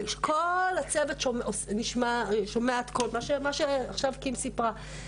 וכל הצוות שומע - מה שקים סיפרה עכשיו.